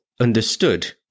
understood